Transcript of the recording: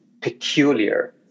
peculiar